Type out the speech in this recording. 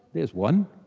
there is one